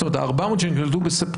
זאת אומרת ה-400 שהיו בספטמבר,